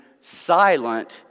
silent